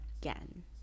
again